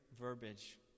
verbiage